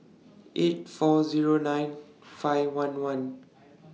eight four Zero nine five one one